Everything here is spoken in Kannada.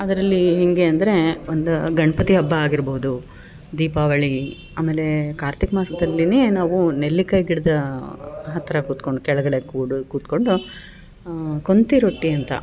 ಅದರಲ್ಲಿ ಹೆಂಗೆ ಅಂದರೆ ಒಂದು ಗಣಪತಿ ಹಬ್ಬ ಆಗಿರ್ಬೋದು ದೀಪಾವಳಿ ಆಮೇಲೆ ಕಾರ್ತಿಕ ಮಾಸದಲ್ಲಿ ನಾವು ನೆಲ್ಲಿಕಾಯಿ ಗಿಡದ ಹತ್ತಿರ ಕುತ್ಕೊಂಡು ಕೆಳಗಡೆ ಕೂಡು ಕುತ್ಕೊಂಡು ಕೊಂತಿರೊಟ್ಟಿ ಅಂತ